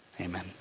Amen